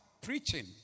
preaching